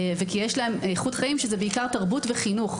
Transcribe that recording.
וכי יש להם איכות חיים שזה בעיקר תרבות וחינוך,